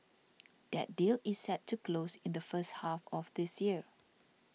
that deal is set to close in the first half of this year